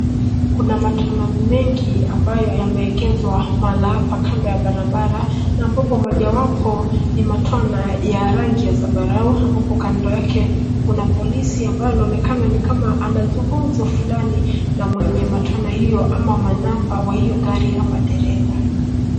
Kuna matwana mengi ambayo yameegeshwa mahala hapa kando ya barabara na mbapo mojawapo ni matwana ya rangi ya zambarau ambapo kando yake kuna polisi ambaye anaonekana ni kama anazungumzo fulani na mwenye matwana hiyo ama manamba wa hiyo gari ama dereva.